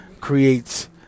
creates